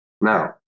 Now